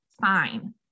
fine